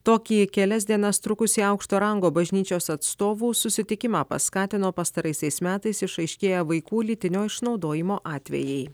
tokį kelias dienas trukusį aukšto rango bažnyčios atstovų susitikimą paskatino pastaraisiais metais išaiškėję vaikų lytinio išnaudojimo atvejai